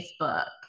Facebook